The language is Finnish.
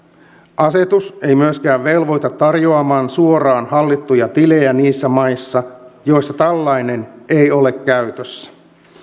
asetus ei myöskään velvoita tarjoamaan suoraan hallittuja tilejä niissä maissa joissa tällainen ei ole käytössä